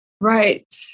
right